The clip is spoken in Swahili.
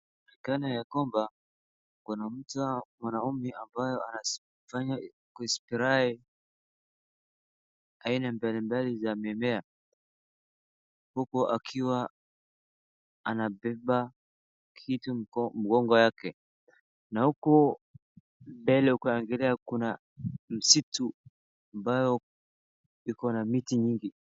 Inaonekana ya kwamba kuna mtu mwanaume ambaye anafanya kuspray aina mbalimbali za mimea huku akiwa anabea kitu mgongo yake na huku mbele ukiangalia kuna msitu ambayo iko na miti mingi.